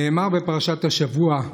נאמר בפרשת השבוע,